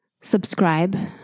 subscribe